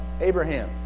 Abraham